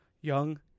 young